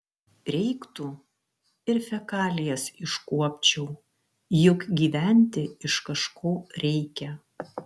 reiktų ir fekalijas iškuopčiau juk gyventi iš kažko reikia